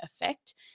effect